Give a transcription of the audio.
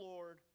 Lord